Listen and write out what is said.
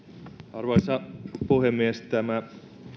arvoisa puhemies tämä